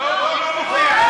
הוא לא מופיע.